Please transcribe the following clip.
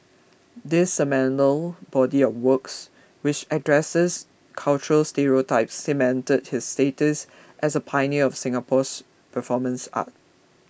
this seminal body of works which addresses cultural stereotypes cemented his status as a pioneer of Singapore's performance art